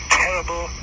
terrible